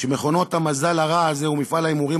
שמכונות המזל הרע הזה ומפעל ההימורים